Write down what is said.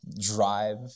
drive